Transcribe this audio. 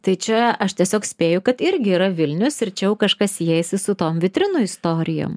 tai čia aš tiesiog spėju kad irgi yra vilnius ir čia jau kažkas siejasi su tom vitrinų istorijom